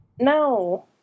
No